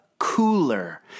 cooler